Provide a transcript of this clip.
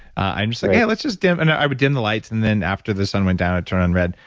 i'm just like, yeah, let's just dim. and i would dim the lights and then after the sun went down i turn on red,